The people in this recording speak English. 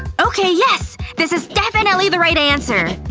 okay yes! this is definitely the right answer